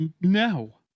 no